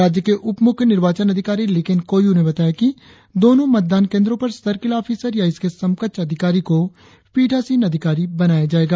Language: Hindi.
राज्य के उप मुख्य निर्वाचन अधिकारी लिकेन कोयु ने बताया कि दोनो मतदान केंद्रो पर सर्किल ऑफिसर या इसके समकक्ष अधिकारी को पीठासीन अधिकारी बनाया जायेगा